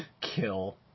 kill